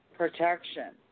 protection